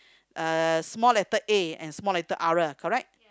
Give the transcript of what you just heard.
uh small letter A and small letter R correct